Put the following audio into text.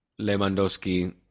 Lewandowski